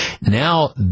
Now